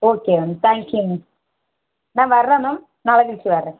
okay ma'am thank you ma'am ma'am வர்றேன் ma'am நாளை கழிச்சு வர்றேன்